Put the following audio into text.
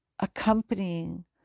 accompanying